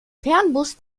fernbus